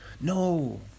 No